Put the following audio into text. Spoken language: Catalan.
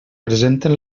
presenten